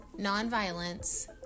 nonviolence